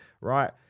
right